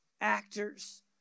actors